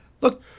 Look